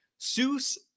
Seuss